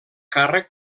càrrec